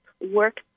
work